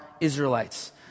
Israelites